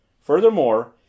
Furthermore